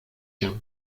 się